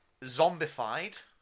zombified